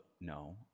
no